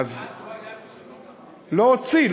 לא הוציא,